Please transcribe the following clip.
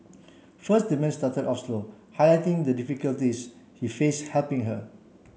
first the man started off slow highlighting the difficulties he face helping her